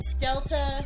Delta